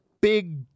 big